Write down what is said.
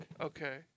Okay